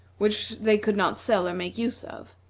which they could not sell or make use of,